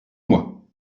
mois